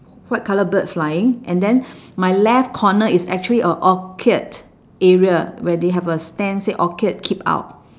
white colour bird flying and then my left corner is actually a orchid area where they have a stand that say orchid keep out